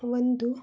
ಒಂದು